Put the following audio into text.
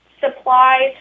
supplies